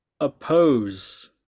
oppose